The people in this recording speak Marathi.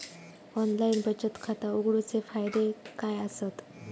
ऑनलाइन बचत खाता उघडूचे फायदे काय आसत?